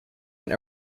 went